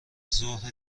ظهر